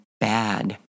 bad